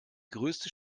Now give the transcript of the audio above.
größte